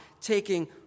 taking